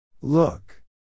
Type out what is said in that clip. Look